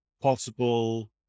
possible